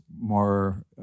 more